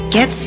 Get